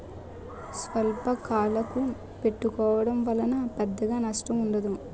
స్వల్పకాలకు పెట్టుకోవడం వలన పెద్దగా నష్టం ఉండదు